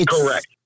Correct